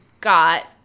got